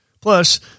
Plus